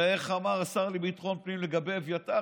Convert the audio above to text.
הרי איך אמר השר לביטחון פנים לגבי אביתר,